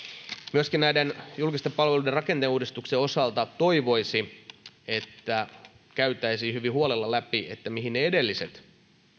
myöskin näiden julkisten palveluiden rakenneuudistuksen osalta toivoisi että käytäisiin hyvin huolella läpi mihin ne edelliset